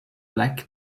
black